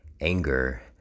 anger